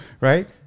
right